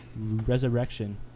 Resurrection